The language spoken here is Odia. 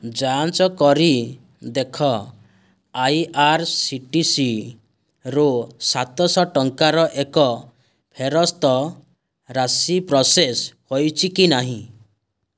ଯାଞ୍ଚ କରି ଦେଖ ଆଇଆର୍ସିଟିସିରୁ ସାତଶହ ଟଙ୍କାର ଏକ ଫେରସ୍ତ ରାଶି ପ୍ରୋସେସ୍ ହୋଇଛି କି ନାହିଁ